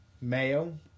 Mayo